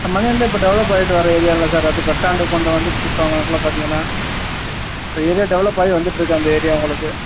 மணிகண்டம் இப்போ டெவலப் ஆகிட்டு வர்ற ஏரியா இல்லை சார் அது பஸ் ஸ்டாண்டு கொஞ்சம் வந்துடுச்சி இப்போ அந்த இடத்துல பார்த்தீங்கன்னா இப்போ ஏரியா டெவலப் ஆகி வந்துகிட்ருக்கு அந்த ஏரியா உங்களுக்கு